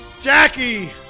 Jackie